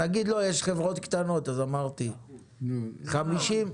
יש גם חברות קטנות ולכן אמרתי 50 אחוזים.